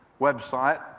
website